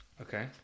Okay